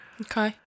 Okay